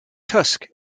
tusk